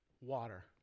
water